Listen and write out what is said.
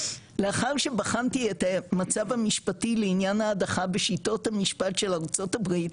לאחר שבחנתי את המצב המשפטי לעניין ההדחה בשיטות המשפט של ארצות הברית,